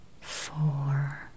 four